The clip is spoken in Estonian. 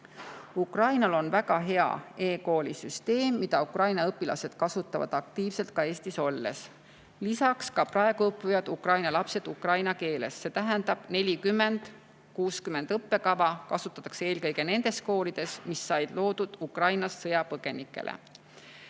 Ukrainal on väga hea e‑kooli süsteem, mida Ukraina õpilased kasutavad aktiivselt ka Eestis olles. Lisaks, ka praegu õpivad Ukraina lapsed ukraina keeles, see tähendab 40 : 60 õppekava kasutatakse eelkõige nendes koolides, mis said loodud Ukraina sõjapõgenikele.